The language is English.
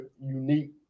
unique